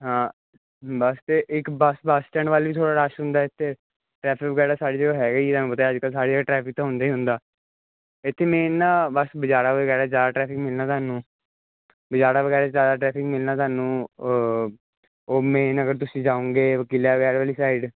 ਹਾਂ ਬਸ ਤੇ ਇੱਕ ਬਸ ਸਟੈਂਡ ਵੱਲ ਵੀ ਥੋੜ੍ਹਾ ਰਸ਼ ਹੁੰਦਾ ਇੱਥੇ ਟਰੈਫ ਵਗੈਰਾ ਛੱਡ ਦਿਓ ਹੈਗਾ ਹੀ ਤੁਹਾਨੂੰ ਤਾਂ ਅੱਜ ਕੱਲ੍ਹ ਸਾਰੀ ਜਗ੍ਹਾ ਟਰੈਫਿਕ ਤਾਂ ਹੁੰਦੇ ਹੀ ਹੁੰਦਾ ਇੱਥੇ ਮੇਨ ਨਾ ਬਸ ਬਜ਼ਾਰਾਂ ਵਗੈਰਾ 'ਚ ਜ਼ਿਆਦਾ ਟ੍ਰੈਫਿਕ ਮਿਲਣਾ ਤੁਹਾਨੂੰ ਬਜ਼ਾਰਾਂ ਵਗੈਰਾ 'ਚ ਜ਼ਿਆਦਾ ਟਰੈਫਿਕ ਮਿਲਣਾ ਤੁਹਾਨੂੰ ਉਹ ਮੇਨ ਅਗਰ ਤੁਸੀਂ ਜਾਓਗੇ ਵਾਲੀ ਸਾਈਡ